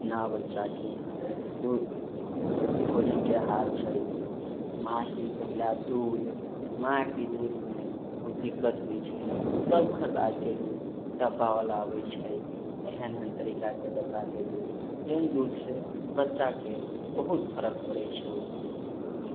नया बच्चाके दूध भोजनके आहार छै माँके पहला दूध मायके दूधमे बहुत दिक्कत होइ छै तब खरिदाके दूध डब्बावला अबै छै एहन एहन तरीकाके डब्बाके दूध जेहन दूधसँ बच्चाकेँ बहुत फर्क पड़ै छै